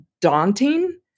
daunting